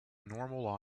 normal